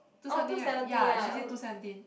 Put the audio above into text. two seventeen right ya she say two seventeen